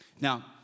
Now